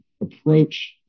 approach